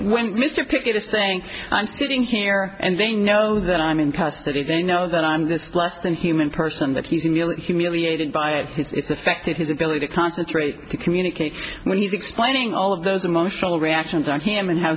when mr pickett is saying i'm sitting here and they know that i'm in custody they know that i'm this less than human person that he's merely humiliated by his it's affected his ability to concentrate to communicate when he's explaining all of those emotional reactions on him and how